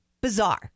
bizarre